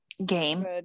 Game